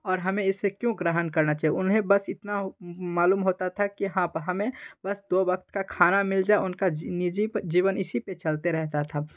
और हमें इसे क्यों ग्रहण करना चाहिए उन्हें बस इतना मालूम होता था कि हाँ हमें बस दो वक्त का खाना मिल जाए उनका निजी जीवन इसी पर चलते रहता था